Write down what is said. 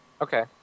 Okay